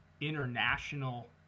international